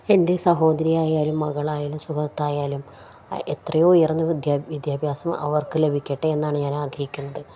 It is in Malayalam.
എൻ്റെ സഹോദരിയായാലും മകളായാലും സുഹൃത്തായാലും എത്രയോ ഉയർന്ന വിദ്യാഭ്യാസം അവർക്കു ലഭിക്കട്ടെ എന്നാണു ഞാൻ ആഗ്രഹിക്കുന്നത്